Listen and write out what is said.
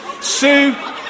Sue